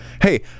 Hey